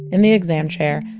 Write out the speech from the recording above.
in the exam chair,